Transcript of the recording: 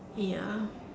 ya